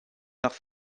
nach